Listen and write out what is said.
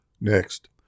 Next